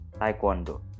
Taekwondo